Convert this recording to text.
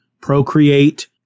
procreate